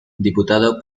diputado